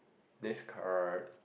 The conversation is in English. this card